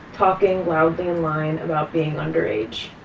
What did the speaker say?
talking loudly in line about being underage.